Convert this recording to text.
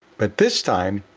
but this time,